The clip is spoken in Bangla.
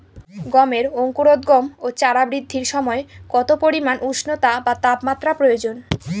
গমের অঙ্কুরোদগম ও চারা বৃদ্ধির সময় কত পরিমান উষ্ণতা বা তাপমাত্রা প্রয়োজন?